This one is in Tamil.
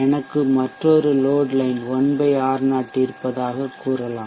எனக்கு மற்றொரு லோட் லைன் 1 R0 இருப்பதாகக் கூறலாம்